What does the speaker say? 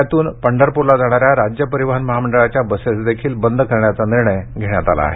पुण्यातून पंढरपूरला जाणाऱ्या राज्य परिवहन महामंडळाच्या बसेसही बंद करण्याचा निर्णय घेण्यात आला आहे